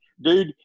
Dude